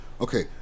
Okay